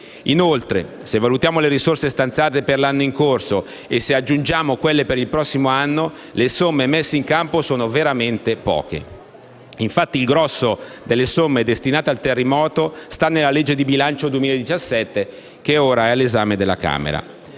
Inoltre, se valutiamo le risorse stanziate per l'anno in corso e se aggiungiamo quelle per il prossimo anno, le somme messe in campo sono veramente poche. Infatti, il grosso delle somme destinate al terremoto sta nella legge di bilancio 2017, che è ora all'esame della Camera.